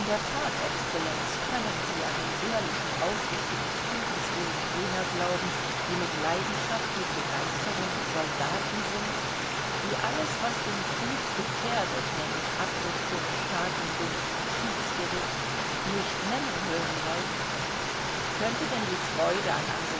der that excellenz können sie an den ehrlichen aufrichtigen friedenswillen jener glauben die mit leidenschaft mit begeisterung soldaten sind die alles was den krieg gefährdet nämlich abrüstung staatenbund schiedsgericht nicht nennen hören wollen könnte denn die freude an